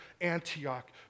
Antioch